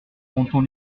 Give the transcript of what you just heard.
fronton